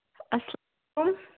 اَسلام